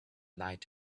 night